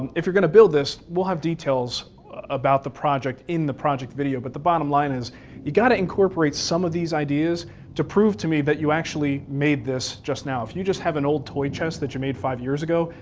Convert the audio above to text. if you're gonna build this, we'll have details about the project in the project video, but the bottom line is you gotta incorporate some of these ideas to prove to me that you actually made this just now. if you just have an old toy chest that you made five years ago,